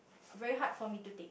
very hard for me to take